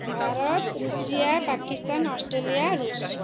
Bharat Russia Pakistan Australia ରୁଷ୍